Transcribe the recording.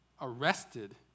arrested